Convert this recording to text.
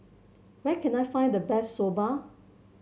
where can I find the best Soba